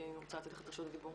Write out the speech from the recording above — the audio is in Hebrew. אני רוצה לתת לך את רשות הדיבור.